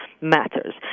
matters